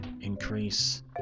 increase